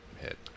hit